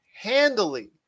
handily